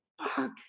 Fuck